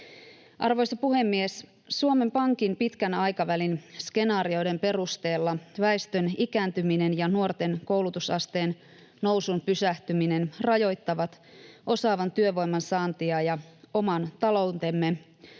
Arvoisa puhemies! Suomen Pankin pitkän aikavälin skenaarioiden perusteella väestön ikääntyminen ja nuorten koulutusasteen nousun pysähtyminen rajoittavat osaavan työvoiman saantia ja oman taloutemme